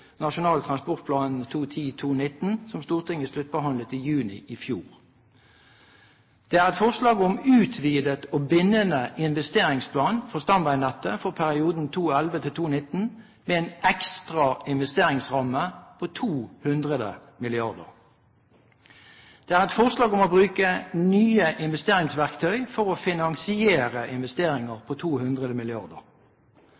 Nasjonal transportplan 2010–2019, som Stortinget sluttbehandlet i juni i fjor. Det er et forslag om en utvidet og bindende investeringsplan for stamveinettet for perioden 2011–2019 med en ekstra investeringsramme på 200 mrd. kr. Det er et forslag om å bruke nye investeringsverktøy for å finansiere investeringer